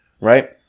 right